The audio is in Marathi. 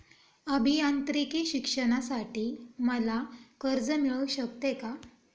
अभियांत्रिकी शिक्षणासाठी मला कर्ज मिळू शकते का?